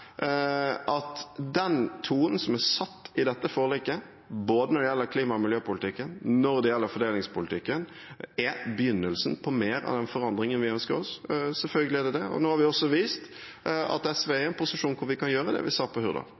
den tonen som er satt i dette forliket – både når det gjelder klima- og miljøpolitikken, og når det gjelder fordelingspolitikken – er begynnelsen på mer av den forandringen vi ønsker oss. Selvfølgelig er den det. Nå har vi også vist at SV er i en posisjon der vi kan gjøre det vi sa på